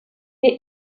est